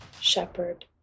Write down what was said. shepherd